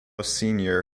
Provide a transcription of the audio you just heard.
senior